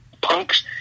Punk's